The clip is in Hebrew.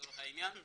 לצורך העניין.